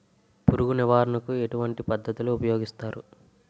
పురుగు నివారణ కు ఎటువంటి పద్ధతులు ఊపయోగిస్తారు?